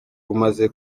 umaze